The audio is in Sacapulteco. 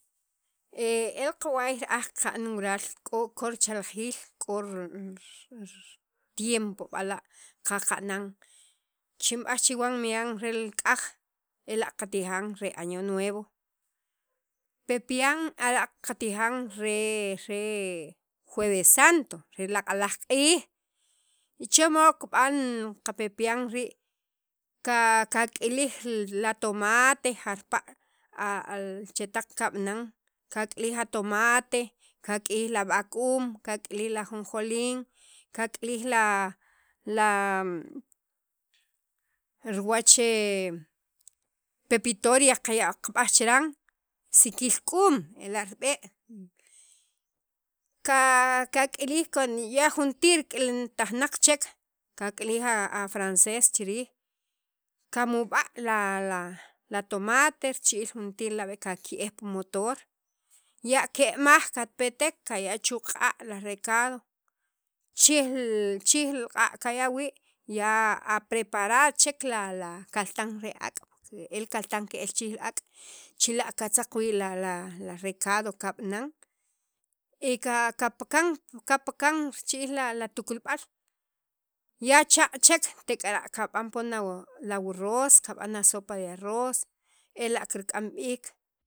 e el kawaay ka'n wural ko'o kol richaljiil k'o ri tiempo b'ala' qaqna'n xinb'aj chiwan miyan rel k'aj ela' qatijan re año nuevo pepian ara' qatijan re re jueves santo re laq'laj q'iij chermod kib'an li qapepian rii' qa qak'ilij la tomate jarpala' a li chetaq kab'an kak'ilij la tomate kak'ilij ab'ak'um, kak'ilij a jonjolín kak'ilij la la riwach pepitoria qab'aj chiran, sikil k'uum ela' rib'e'. ka kak'ilij cuando juntir k'iltajnaq chek kak'ilij a frances chi riij kamub'a' la lala tomate rici'iil jun tir la' b'e' kake'ej pi motor ya' ke'amaj katpetek kaya' chu' q'a' la recado chij la chij li q'a' kaya' wii' preparad chek li kaltan re ak' el kaltan che ke'l chi riij li ak' chila' katzzaq wii' la recado kab'anan y kapakan kapakan richi'il la tukulb'al ya chaq' chek tek'ara' kab'an poon a wurroz kab'an a sopa de arroz e la' kirk'am b'iik.